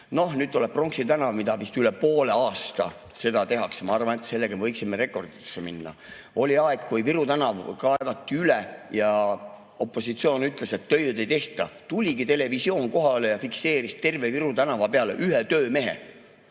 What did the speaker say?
Nüüd tuleb Pronksi tänava [remont], mida vist üle poole aasta tehakse. Ma arvan, et sellega me võiksime rekorditesse minna. Oli aeg, kui Viru tänav kaevati üles ja opositsioon ütles, et tööd ei tehta. Tuli televisioon kohale ja fikseeris terve Viru tänava peale ühe töömehe.